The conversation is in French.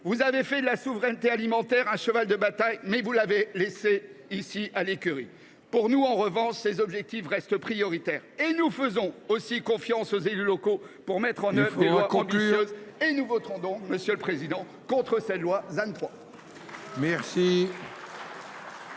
Vous avez fait de la souveraineté alimentaire un cheval de bataille, mais vous l’avez laissé ici à l’écurie. Pour nous, en revanche, ces objectifs restent prioritaires. Nous faisons aussi confiance aux élus locaux pour mettre en œuvre des lois ambitieuses. Il faut conclure ! Nous voterons donc, monsieur le président, contre cette